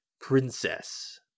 Princess